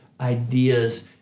ideas